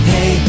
Hey